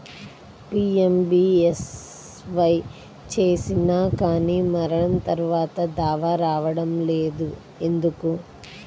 PMBSY చేసినా కానీ మరణం తర్వాత దావా రావటం లేదు ఎందుకు?